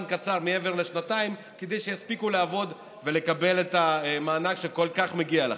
קצר מעבר לשנתיים כדי שיספיקו לעבוד ולקבל את המענק שכל כך מגיע להם.